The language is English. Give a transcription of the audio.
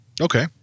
Okay